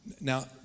Now